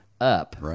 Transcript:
up